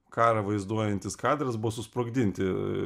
karą vaizduojantis kadras buvo susprogdinti